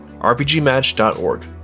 RPGmatch.org